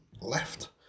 left